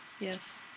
yes